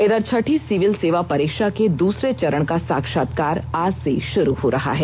इधर छठी सिविल सेवा परीक्षा के दूसरे चरण का साक्षात्कार आज से षुरू हो रहा है